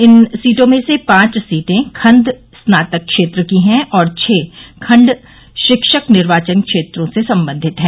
इन सीटों में से पांच सीटें खंड स्नातक क्षेत्र की है और छह खंड शिक्षक निर्वाचन क्षेत्रों से संबंधित है